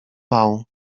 bał